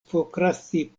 prokrasti